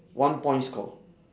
one point score